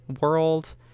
world